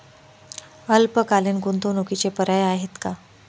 अल्पकालीन गुंतवणूकीचे पर्याय आहेत का?